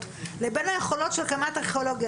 לבין היכולות של קמ"ט ארכיאולוגיה?